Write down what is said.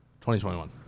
2021